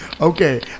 Okay